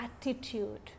attitude